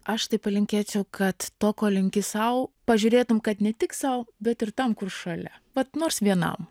aš tai palinkėčiau kad to ko linki sau pažiūrėtum kad ne tik sau bet ir tam kur šalia vat nors vienam